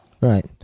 Right